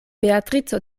beatrico